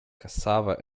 cassava